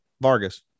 Vargas